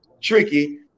tricky